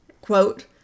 Quote